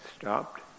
stopped